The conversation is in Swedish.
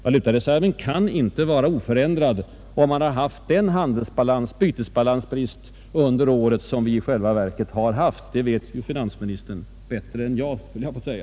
Valutareserven kan inte vara oförändrad om man har haft den bytesbalansbrist under året som vi i själva verket har haft — det vet finansministern bättre än jag, höll jag på att säga.